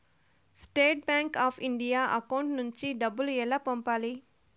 State Bank of India account నుంచి డబ్బులు ఎలా పంపాలి?